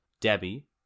debbie